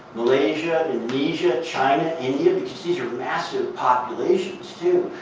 malaysia, indonesia, china, india because these are massive populations, too.